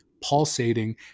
pulsating